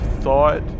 thought